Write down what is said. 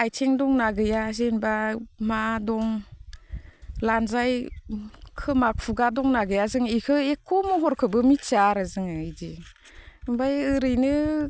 आथिं दंना गैया जेन'बा मा दं लानजाइ खोमा खुगा दंना गैया जों इखो एख' महरखोबो मिथिया आरो जोङो इदि ओमफ्राय ओरैनो